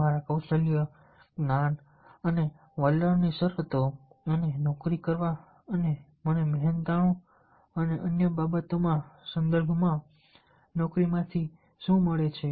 મારા કૌશલ્ય જ્ઞાન અને વલણની શરતો અને નોકરી કરવા અને મને મહેનતાણું અને અન્ય બાબતોના સંદર્ભમાં નોકરીમાંથી શું મળે છે